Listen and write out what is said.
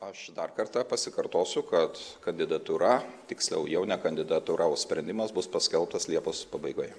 aš dar kartą pasikartosiu kad kandidatūra tiksliau jau ne kandidatūra o sprendimas bus paskelbtas liepos pabaigoje